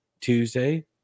Tuesday